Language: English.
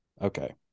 Okay